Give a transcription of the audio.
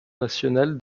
nationale